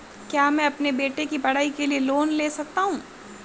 क्या मैं अपने बेटे की पढ़ाई के लिए लोंन ले सकता हूं?